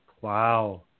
Wow